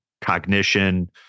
cognition